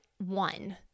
one